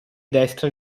destra